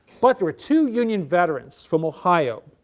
but there were two union veterans from ohio.